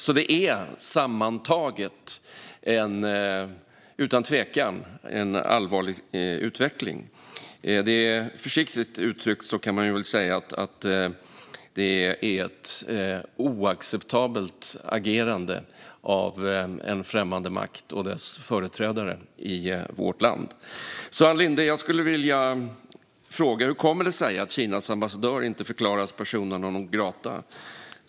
Sammantaget är det utan tvekan en allvarlig utveckling. Försiktigt uttryckt kan man säga att det är ett oacceptabelt agerande av en främmande makt och dess företrädare i vårt land. Ann Linde! Jag skulle vilja fråga: Hur kommer det sig att Kinas ambassadör inte förklaras persona non grata?